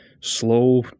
slow